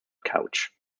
couch